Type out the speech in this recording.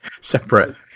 Separate